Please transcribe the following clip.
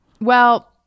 Well-